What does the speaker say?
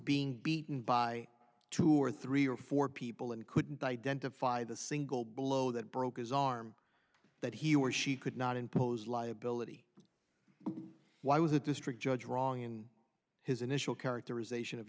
being beaten by two or three or four people and couldn't identify the single blow that broke his arm that he or she could not impose liability why was the district judge wrong in his initial characterization of